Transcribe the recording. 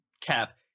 cap